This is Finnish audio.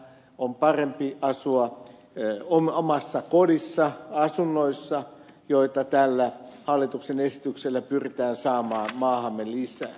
on parempi asua omassa kodissa asunnoissa joita tällä hallituksen esityksellä pyritään saamaan maahamme lisää